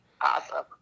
Awesome